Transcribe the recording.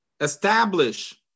establish